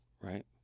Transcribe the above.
Right